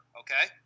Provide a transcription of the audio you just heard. okay